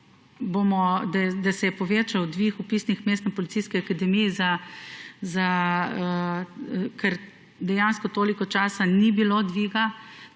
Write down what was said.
da se je povečalo število vpisnih mest na Policijski akademiji, ker dejansko toliko časa ni bilo dviga